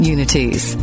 Unity's